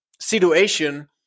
situation